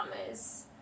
promise